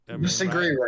Disagree